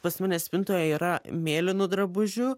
pas mane spintoje yra mėlynų drabužių